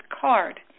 card